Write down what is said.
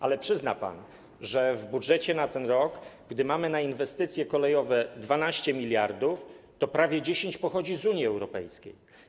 Ale przyzna pan, że w budżecie na ten rok mamy na inwestycje kolejowe 12 mld, a prawie 10 mld pochodzi z Unii Europejskiej.